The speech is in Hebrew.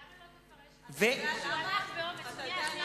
למה לא תפרש: הוא הלך באומץ למקום שהוא מעוז הימין.